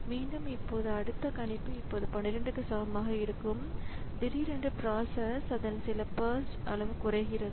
மீண்டும் இப்போது அடுத்த கணிப்பு இப்போது 12 க்கு சமமாக இருக்கும் திடீரென்று பிராசஸ் அதன் சில பர்ஸ்ட் அளவு குறைகிறது